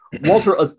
Walter